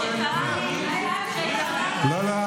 לא, לא.